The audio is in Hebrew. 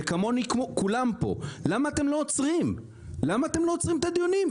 וכמוני כולם פה למה אתם לא עוצרים את הדיונים?